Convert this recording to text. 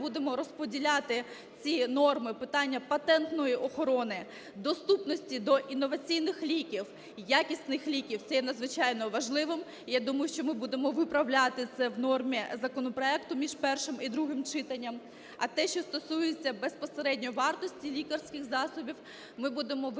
будемо розподіляти ці норми питання патентної охорони, доступності до інноваційних ліків, якісних ліків – це є надзвичайно важливим. Я думаю, що ми будемо виправляти це в нормі законопроекту між першим і другим читанням. А те, що стосується безпосередньо вартості лікарських засобів, ми будемо вирішувати